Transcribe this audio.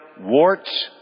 warts